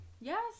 yes